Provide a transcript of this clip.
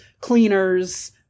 cleaners